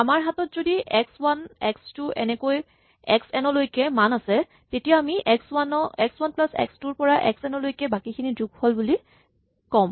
আমাৰ হাতত যদি এক্স ৱান এক্স টু এনেকৈ এক্স এন লৈকে মান আছে তেতিয়া আমি x one plus x two ৰ পৰা এক্স এন লৈকে বাকীখিনি ৰ যোগফল বুলি ক'ম